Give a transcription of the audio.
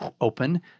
open